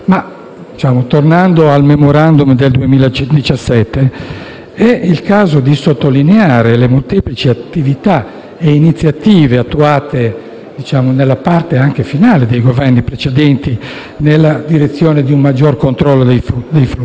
Tornando al Memorandum del 2017, è il caso di sottolineare le molteplici attività e iniziative attuate nelle fasi finali dei Governi precedenti nella direzione di un maggior controllo dei flussi.